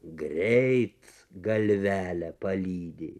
greit galvelę palydi